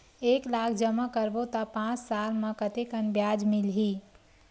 एक लाख जमा करबो त पांच साल म कतेकन ब्याज मिलही?